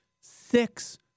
Six